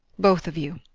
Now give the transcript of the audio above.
both of you.